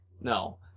No